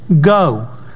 go